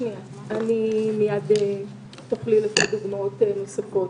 מיד תוכלי לתת דוגמאות נוספות.